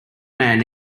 man